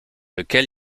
lequel